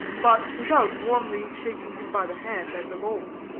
but without warmly shaking him by the hand as of old.